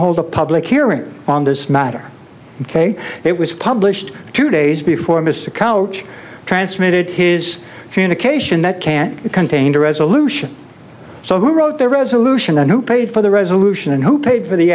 hold a public hearing on this matter ok it was published two days before mr couch transmitted his communication that can't contain the resolution so who wrote the resolution and who paid for the resolution and who paid for the